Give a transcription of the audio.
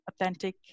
authentic